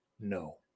No